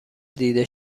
دیده